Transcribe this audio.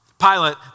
Pilate